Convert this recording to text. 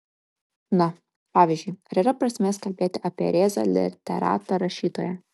na pavyzdžiui ar yra prasmės kalbėti apie rėzą literatą rašytoją